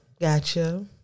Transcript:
Gotcha